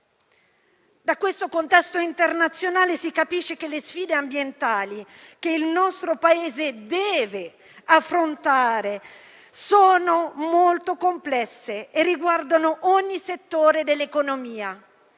Da questo contesto internazionale si capisce che le sfide ambientali che il nostro Paese deve affrontare sono molto complesse e riguardano ogni settore dell'economia.